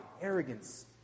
arrogance